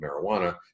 marijuana